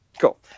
Cool